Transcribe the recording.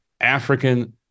African